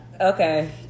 Okay